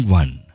one